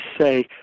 say